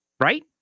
right